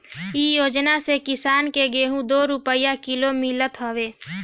इ योजना से किसान के गेंहू दू रूपिया किलो मितल हवे